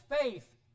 faith